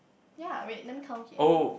ya wait let me count again